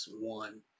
One